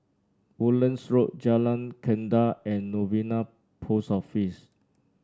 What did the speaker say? Woodlands Road Jalan Gendang and Novena Post Office